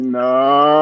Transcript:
no